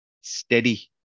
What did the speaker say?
steady